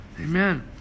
Amen